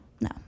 no